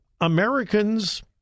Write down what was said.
Americans